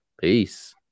Peace